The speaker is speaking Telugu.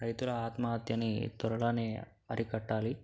రైతుల ఆత్మహత్యని త్వరలోనే అరికట్టాలి